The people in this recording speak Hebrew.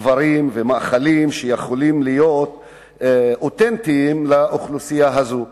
דברים ומאכלים שיכולים להיות אותנטיים לאוכלוסייה הזאת.